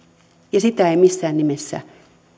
ja sen ei missään nimessä